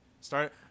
start